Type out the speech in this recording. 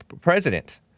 president